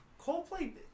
Coldplay